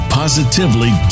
positively